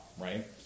Right